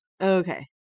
Okay